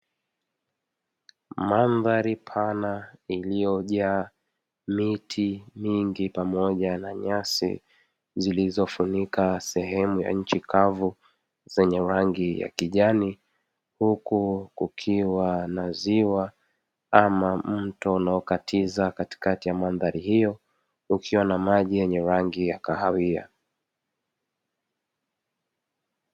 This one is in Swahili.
Mandhari pana iliyojaa miti mingi pamoja na nyyasi zilizofunika sehemu za nchi kavu zenye rangi ya kijani, huku kukiwa na ziwa ama mto unaokatiza katikati ya mandhari hiyo ukiwa na maji yenye rangi ya kahawia.